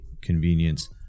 convenience